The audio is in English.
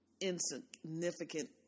insignificant